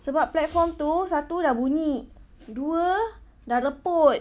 sebab platform itu satu dah bunyi dua dah reput